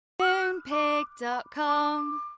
Moonpig.com